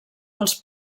dels